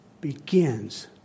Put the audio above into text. begins